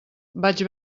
vaig